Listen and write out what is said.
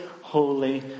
holy